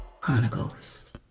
Chronicles